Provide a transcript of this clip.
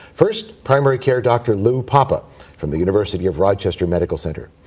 first, primary care doctor lou papa from the university of rochester medical center.